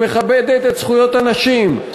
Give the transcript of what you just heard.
שמכבדת את זכויות הנשים,